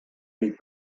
les